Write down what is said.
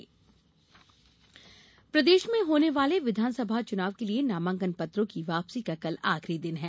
नामांकन प्रदेश में होने वाले विधानसभा चुनाव के लिये नामांकन पत्रों की वापसी का कल आखिरी दिन है